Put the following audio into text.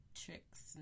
tricks